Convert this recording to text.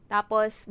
Tapos